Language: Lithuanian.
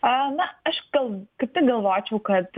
a na aš gal kaip tik galvočiau kad